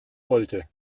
wollte